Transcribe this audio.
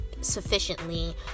sufficiently